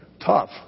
Tough